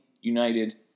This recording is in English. United